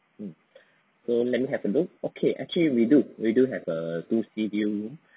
mm so let me have a look okay actually we do we do have a two sea view room